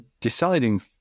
deciding